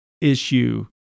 issue